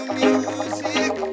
music